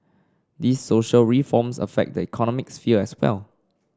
these social reforms affect the economic sphere as well